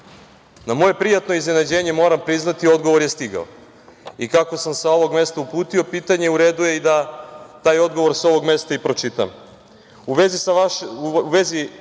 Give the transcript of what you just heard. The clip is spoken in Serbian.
Na moje prijatno iznenađenje, moram priznati, odgovor je stigao i kako sam sa ovog mesta uputio pitanje u redu je i da taj odgovor sa ovog mesta i pročitam.„U